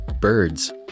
Birds